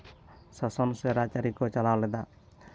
ᱥᱟᱥᱚᱱ ᱥᱮ ᱨᱟᱡᱽᱼᱟᱹᱨᱤ ᱠᱚ ᱪᱟᱞᱟᱣ ᱞᱮᱫᱟ